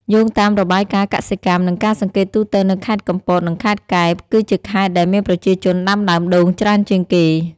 យោងតាមរបាយការណ៍កសិកម្ម និងការសង្កេតទូទៅនៅខេត្តកំពត និងខេត្តកែប គឺជាខេត្តដែលមានប្រជាជនដាំដើមដូងច្រើនជាងគេ។